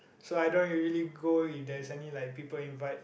so I don't usually go if there is any like people invite